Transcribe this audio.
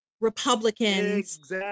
Republicans